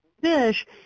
fish